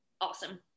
Awesome